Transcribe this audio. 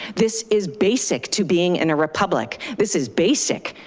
this is basic to being in a republic. this is basic,